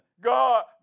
God